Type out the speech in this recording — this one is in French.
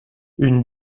une